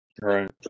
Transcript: right